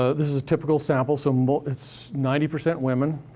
this is a typical sample, so most it's ninety percent women,